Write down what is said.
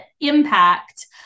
impact